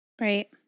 Right